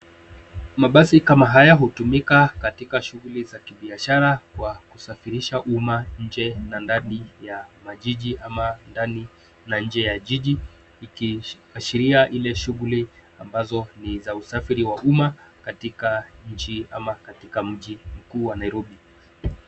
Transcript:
Mabasi kama haya hutumika katika shughuli za kibiashara, Kwa kusafirisha umma nje na ndani ya majiji, ama ndani na nje ya jiji ,ikiashiria ile shughuli ambazo ni za usafiri wa umma, katika nchi au katika mji mkuu wa nairobi.